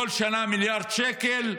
כל שנה מיליארד שקל,